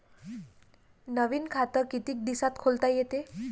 नवीन खात कितीक दिसात खोलता येते?